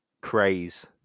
craze